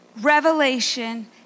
revelation